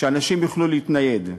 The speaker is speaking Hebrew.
שאנשים יוכלו להתנייד,